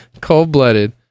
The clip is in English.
cold-blooded